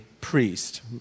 priest